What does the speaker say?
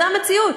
זו המציאות.